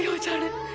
yeah determined